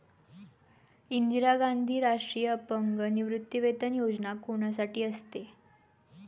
इंदिरा गांधी राष्ट्रीय अपंग निवृत्तीवेतन योजना कोणासाठी असते?